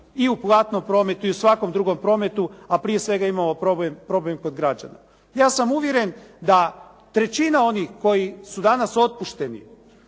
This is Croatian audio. i u platnom prometu i u svakom drugom prometu a prije svega imamo problem kod građana. Ja sam uvjeren da trećina onih koji su danas otpušteni